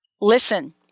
Listen